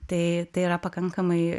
tai tai yra pakankamai